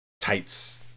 tights